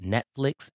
Netflix